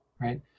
Right